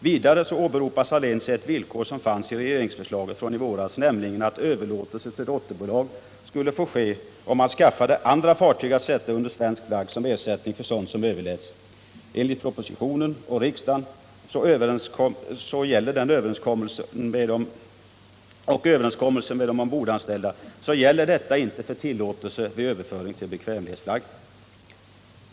Vidare åberopar Saléns ett villkor som fanns i regeringsförslaget från i våras, nämligen att överlåtelse till dotterbolag skulle få ske om bolaget skaffade annat fartyg att sätta under svensk flagg som ersättning för sådant som överläts. Enligt propositionens och riksdagens beslut samt genom överenskommelse med de ombordanställda gäller detta emellertid inte vid överföring till bekvämlighetsflagg.